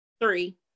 Three